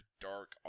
dark